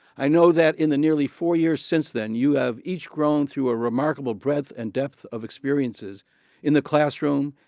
i know that in the nearly four years since then, you have each grown through a remarkable breadth and depth of experiences in the classroom,